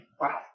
Wow